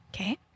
Okay